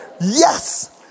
Yes